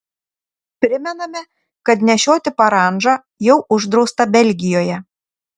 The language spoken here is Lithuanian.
primename kad nešioti parandžą jau uždrausta belgijoje